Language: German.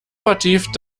vertieft